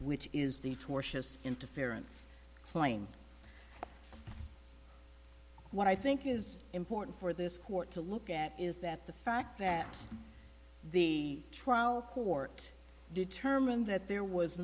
which is the tortious interference claim what i think is important for this court to look at is that the fact that the trial court determined that there was